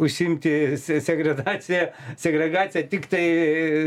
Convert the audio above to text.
užsiimti se segregacija segregacija tiktai